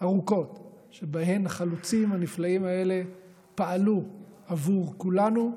ארוכות שבהן החלוצים הנפלאים האלה פעלו עבור כולנו,